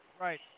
Right